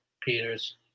Peters